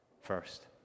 first